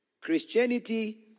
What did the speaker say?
Christianity